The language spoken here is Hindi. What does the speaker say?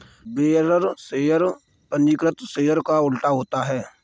बेयरर शेयर पंजीकृत शेयर का उल्टा होता है